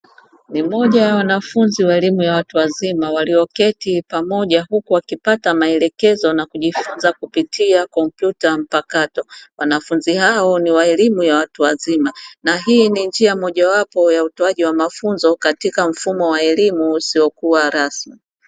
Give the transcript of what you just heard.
Ni moja ya wanafunzi wa elimu ya watu wazima walioketi pamoja huku wakipata maelekezo na kujifunza kupitia kompyuta mpakato. Wanafunzi hao ni wa elimu ya watu wazima na hii ni njia moja wapo wa utoaji wa elimu ya mafunzo katika mfumo wa elimu usiokuwa rasmi.